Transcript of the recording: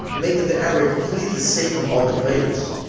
making the area completely safe from other players.